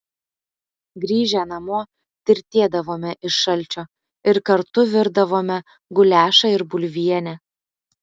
grįžę namo tirtėdavome iš šalčio ir kartu virdavome guliašą ir bulvienę